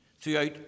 throughout